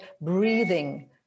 breathing